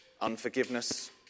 unforgiveness